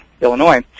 Illinois